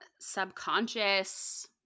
subconscious